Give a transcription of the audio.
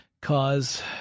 cause